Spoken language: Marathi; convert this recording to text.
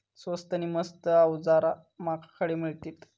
स्वस्त नी मस्त अवजारा माका खडे मिळतीत?